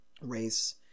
Race